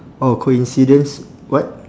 oh coincidence what